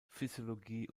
physiologie